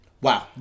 Wow